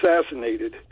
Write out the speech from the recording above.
assassinated